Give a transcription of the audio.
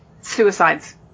suicides